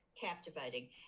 captivating